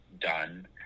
done